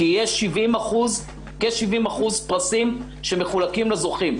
כי יש כ-70% פרסים שמחולקים לזוכים.